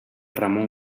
ramon